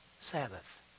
Sabbath